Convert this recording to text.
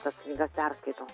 tas knygas perskaito